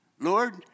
Lord